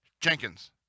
Jenkins